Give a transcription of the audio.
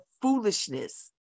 foolishness